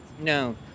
No